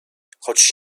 choć